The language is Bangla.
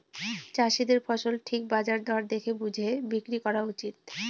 চাষীদের ফসল ঠিক বাজার দর দেখে বুঝে বিক্রি করা উচিত